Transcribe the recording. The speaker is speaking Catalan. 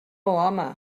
home